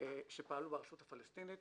שפעלו ברשות הפלסטינית.